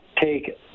take